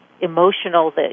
emotional